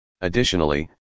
Additionally